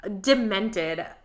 demented